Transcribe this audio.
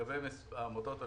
לגבי עמותות מס'